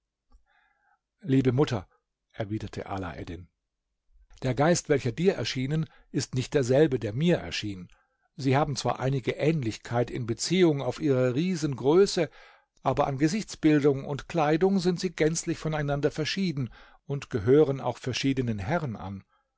liebe mutter erwiderte alaeddin der geist welcher dir erschienen ist nicht derselbe der mir erschien sie haben zwar einige ähnlichkeit in beziehung auf ihre riesengröße aber an gesichtsbildung und kleidung sind sie gänzlich voneinander verschieden und gehören auch verschiedenen herren an